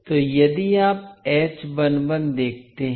इसलिए यदि आप देखते हैं